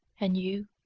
and you,